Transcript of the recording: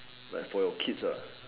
like for your kids lah